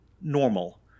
normal